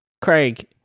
craig